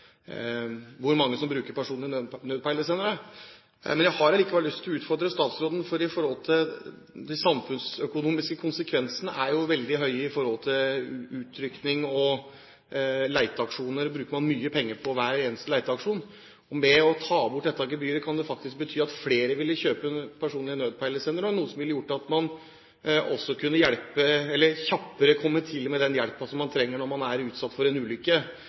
å utfordre statsråden, for samfunnskonsekvensene er jo veldig store med tanke på utrykning og leteaksjoner. Man bruker mye penger på hver eneste leteaksjon. Fjerning av dette gebyret kan faktisk bety at flere ville kjøpe personlige nødpeilesendere, noe som også ville gjort at man kjappere kunne komme til med den hjelpen som man trenger når man har vært utsatt for en ulykke.